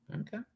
Okay